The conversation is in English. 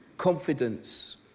confidence